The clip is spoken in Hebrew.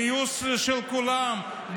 גיוס של כולם,